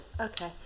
Okay